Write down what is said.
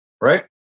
right